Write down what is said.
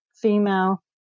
female